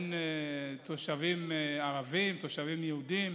בין תושבים ערבים לתושבים יהודים.